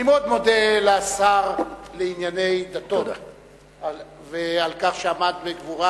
אני מאוד מודה לשר לענייני דתות על כך שעמד בגבורה